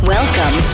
Welcome